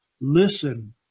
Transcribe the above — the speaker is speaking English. listen